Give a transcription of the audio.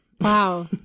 wow